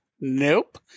Nope